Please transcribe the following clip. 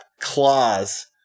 claws